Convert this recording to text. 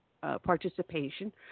participation